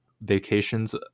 vacations